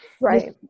Right